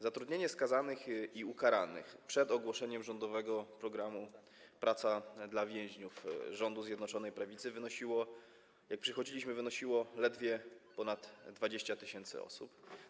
Zatrudnienie skazanych i ukaranych przed ogłoszeniem rządowego programu „Praca dla więźniów” rządu Zjednoczonej Prawicy, jak przychodziliśmy, wynosiło ledwie ponad 20 tys. osób.